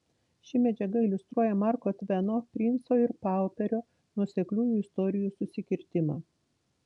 ši medžiaga iliustruoja marko tveno princo ir pauperio nuosekliųjų istorijų susikirtimą